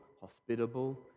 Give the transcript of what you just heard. hospitable